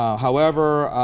however